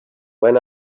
when